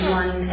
one